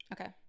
Okay